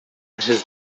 his